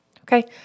Okay